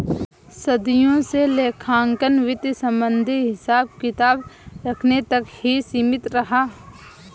सदियों से लेखांकन वित्त संबंधित हिसाब किताब रखने तक ही सीमित रहा